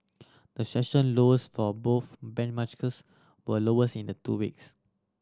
the session lows for both bench maskers were lowest in the two weeks